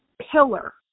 pillar